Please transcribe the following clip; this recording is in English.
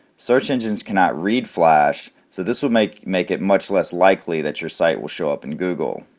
search engines cannot read flash so this will make make it much less likely that your site will show up in google.